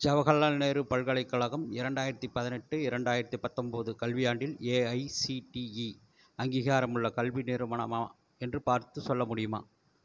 ஜவஹர்லால் நேரு பல்கலைக்கழகம் இரண்டாயிரத்து பதினெட்டு இரண்டாயிரத்து பத்தொன்பது கல்வியாண்டில் ஏஐசிடிஇ அங்கீகாரமுள்ள கல்வி நிறுவனமா என்று பார்த்துச் சொல்ல முடியுமா